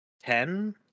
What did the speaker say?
Ten